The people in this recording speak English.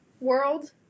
world